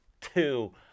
Two